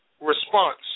response